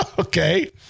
Okay